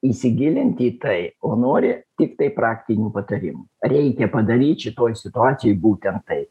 įsigilinti į tai o nori tiktai praktinių patarimų reikia padaryt šitoj situacijoj būtent taip